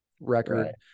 record